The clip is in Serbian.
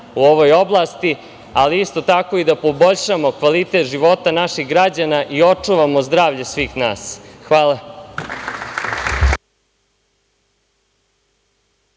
u ovoj oblasti, ali isto tako i da poboljšamo kvalitet života naših građana i očuvamo zdravlje svih nas. Hvala